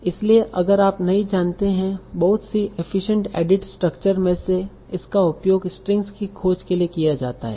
इसलिए अगर आप नहीं जानते हैं बहुत ही एफिसियन्ट डाटा स्ट्रक्चरस में से इसका उपयोग स्ट्रिंग्स की खोज के लिए किया जाता है